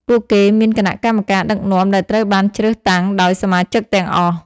ពួកគេមានគណៈកម្មការដឹកនាំដែលត្រូវបានជ្រើសតាំងដោយសមាជិកទាំងអស់។